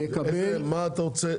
מה אתה רוצה?